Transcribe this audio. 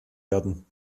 werden